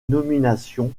nominations